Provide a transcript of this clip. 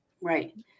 Right